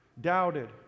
doubted